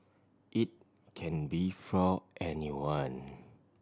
it can be for anyone